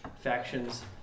factions